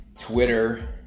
Twitter